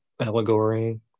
allegory